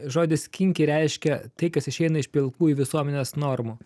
žodis kinki reiškia tai kas išeina iš pilkųjų visuomenės normų